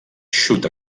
xut